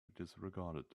disregarded